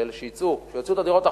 שיצאו, שיוציאו את הדירות.